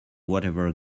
whatever